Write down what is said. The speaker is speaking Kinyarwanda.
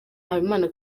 habimana